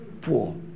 poor